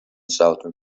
southern